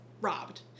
robbed